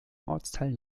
ortsteilen